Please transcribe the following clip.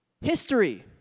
History